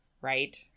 right